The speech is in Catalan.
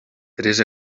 tres